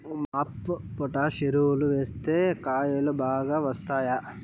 MOP potash ఎరువులు వేస్తే కాయలు బాగా వస్తాయా?